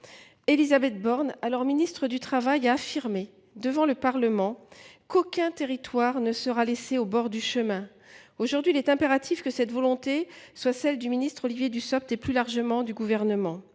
Élisabeth Borne, alors ministre du travail, avait affirmé devant le Parlement :« Aucun territoire ne sera laissé au bord du chemin ». Aujourd’hui, il est impératif que cette volonté soit également celle du ministre Olivier Dussopt et, plus largement, celle du Gouvernement.